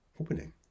opening